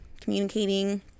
communicating